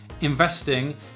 Investing